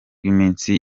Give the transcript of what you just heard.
rw’iminsi